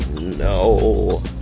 no